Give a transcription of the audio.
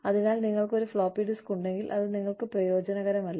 അതിനാൽ നിങ്ങൾക്ക് ഒരു ഫ്ലോപ്പി ഡിസ്ക് ഉണ്ടെങ്കിൽ അത് നിങ്ങൾക്ക് പ്രയോജനകരമല്ല